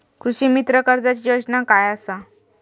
कृषीमित्र कर्जाची योजना काय असा?